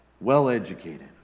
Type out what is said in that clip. Well-educated